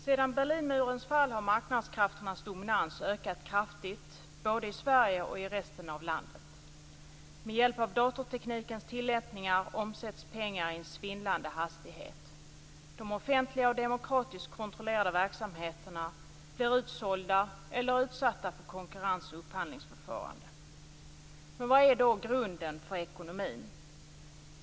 Sedan Berlinmurens fall har marknadskrafternas dominans ökat kraftigt både i Sverige och i resten av världen. Med hjälp av datorteknikens tillämpningar omsätts pengar i en svindlande hastighet. De offentliga och demokratiskt kontrollerade verksamheterna blir utsålda eller utsatta för konkurrens och upphandlingsförfarande. Men vad är då grunden för ekonomin?